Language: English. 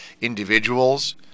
individuals